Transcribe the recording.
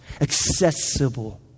accessible